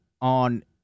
on